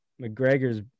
McGregor's